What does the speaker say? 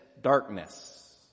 darkness